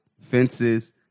Fences